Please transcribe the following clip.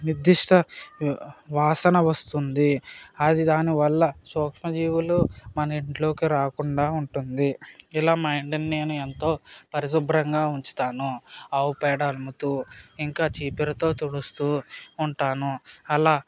నిర్ధిష్ణ వాసన వస్తుంది అది దాని వల్ల సూక్ష్మ జీవులు మన ఇంట్లోకి రాకుండా ఉంటుంది ఇలా మా ఇంటిని నేను ఎంతో పరిశుభ్రంగా ఉంచుతాను ఆవుపేడ అలుముతు ఇంకా చీపురుతో తుడుస్తు ఉంటాను అలా